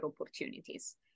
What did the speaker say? opportunities